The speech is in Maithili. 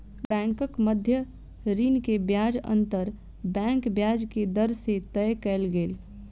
बैंकक मध्य ऋण के ब्याज अंतर बैंक ब्याज के दर से तय कयल गेल